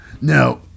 Now